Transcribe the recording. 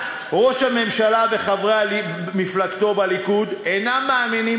ראש הממשלה וחברי מפלגתו בליכוד אינם מאמינים